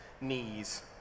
knees